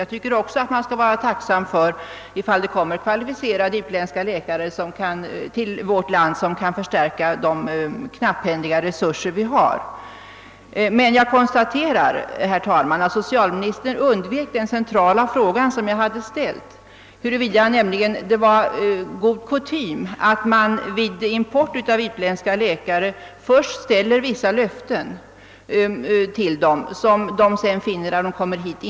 Jag tycker också att vi skall vara tacksamma för att det kommer kvalificerade utländska läkare till vårt land och att vi på det sättet kan förstärka våra knappa resurser. Men jag konstaterar att socialministern undvek min centrala fråga, huruvida han ansåg det vara god kutym att man vid import av utländska läkare först ger vissa löften till dem som sedan inte infrias när de kommer hit.